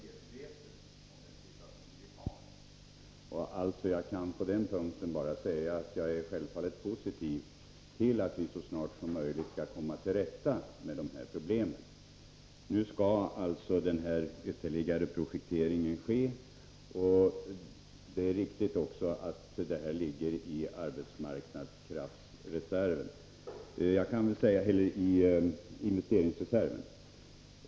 Herr talman! Som jag sade i mitt svar är jag medveten om den situation vi har. Jag kan på den punkten alltså bara säga att jag självfallet är positiv till att vi försöker att så snart som möjligt komma till rätta med de här problemen. Nu skall alltså den ytterligare projekteringen genomföras. Det är också riktigt att projektet finns med i investeringsreserven.